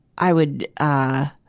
i would, ah,